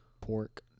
pork